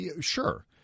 Sure